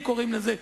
הם קוראים לזה.